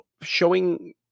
showing